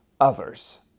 others